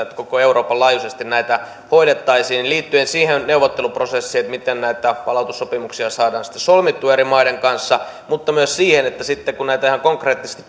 että koko euroopan laajuisesti näitä hoidettaisiin liittyen siihen neuvotteluprosessiin miten näitä palautussopimuksia saadaan sitten solmittua eri maiden kanssa mutta myös siihen että sitten kun ihan konkreettisesti